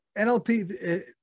NLP